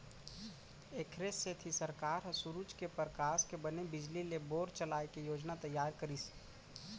एखरे सेती सरकार ह सूरूज के परकास के बने बिजली ले बोर चलाए के योजना तइयार करिस